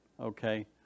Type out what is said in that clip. okay